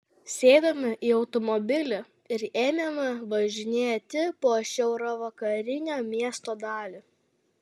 sėdome į automobilį ir ėmėme važinėti po šiaurvakarinę miesto dalį